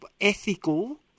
ethical